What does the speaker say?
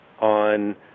on